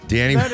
Danny